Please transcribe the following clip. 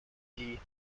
lee